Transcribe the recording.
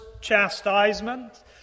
chastisement